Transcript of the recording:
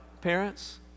parents